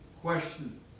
question